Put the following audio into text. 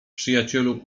przyjacielu